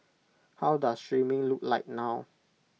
how does streaming look like now